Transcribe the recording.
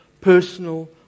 personal